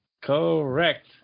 Correct